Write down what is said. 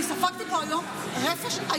אני אבקש לשקול לתת לי זכות דיבור.